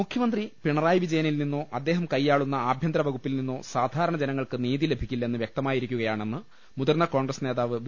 മുഖ്യമന്ത്രി പിണറായി വിജയനിൽ നിന്നോ അദ്ദേഹം കൈയാ ആഭ്യ ന്തരവകു പ്പിൽ നിന്നോ സാനാരണ ളുന്ന ജനങ്ങൾക്ക് നീതിലഭിക്കില്ലെന്ന് വ്യക്തമായിരിക്കുകയാണെന്ന് മുതിർന്ന കോൺഗ്രസ് നേതാവ് വി